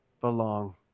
belong